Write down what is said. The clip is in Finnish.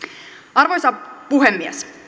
arvoisa puhemies